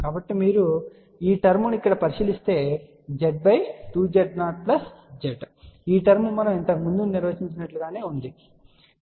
కాబట్టి మీరు ఈ టర్మ్ ని ఇక్కడ పరిశీలిస్తే Z2Z0Z ఈ టర్మ్ మనము ఇంతకుముందు నిర్వచించినట్లుగానే ఉందని మీరు చూస్తారు